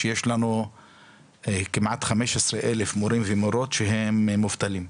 שיש לנו כמעט חמש עשרה אלף מורים ומורות שהם מובטלים.